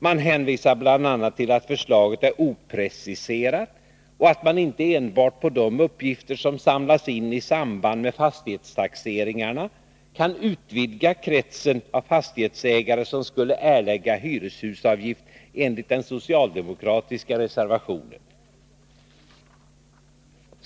Man hänvisar bl.a. till att förslaget är opreciserat och att man inte enbart på de uppgifter som samlats in i samband med fastighetstaxeringarna kan utvidga kretsen av fastighetsägare som skulle erlägga hyreshusavgift enligt den socialdemokratiska reservationen.